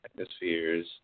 atmospheres